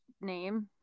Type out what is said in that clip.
name